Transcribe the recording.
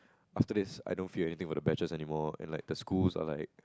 after this I don't feel anything about the batches anymore and like the schools are like